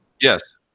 Yes